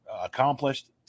accomplished